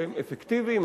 שהם אפקטיביים,